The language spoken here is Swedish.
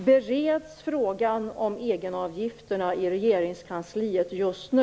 Bereds frågan om egenavgifterna i Regeringskansliet just nu?